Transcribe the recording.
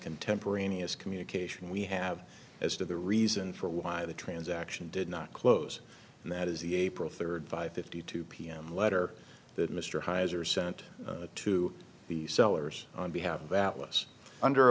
contemporaneous communication we have as to the reason for why the transaction did not close and that is the april third five fifty two pm letter that mr hisor sent to the sellers on behalf of alice under